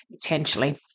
potentially